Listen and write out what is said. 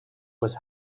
was